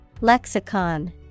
Lexicon